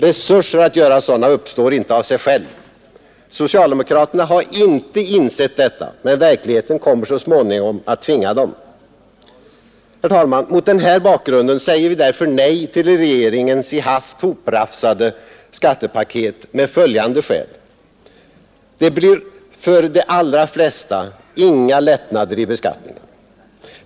Resurser att göra en sådan uppstår inte av sig själv. Socialdemokraterna har inte insett detta, men verkligheten kommer så småningom att tvinga dem härtill. Herr talman! Mot den här bakgrunden säger vi nej till regeringens i hast hoprafsade skattepaket av följande skäl: Det blir för de allra flesta inga lättnader i beskattningen.